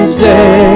say